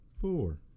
four